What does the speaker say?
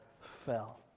fell